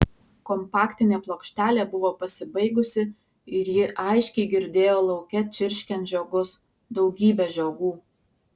kompaktinė plokštelė buvo pasibaigusi ir ji aiškiai girdėjo lauke čirškiant žiogus daugybę žiogų